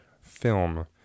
film